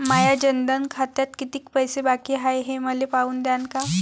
माया जनधन खात्यात कितीक पैसे बाकी हाय हे पाहून द्यान का?